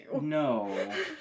No